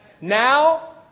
Now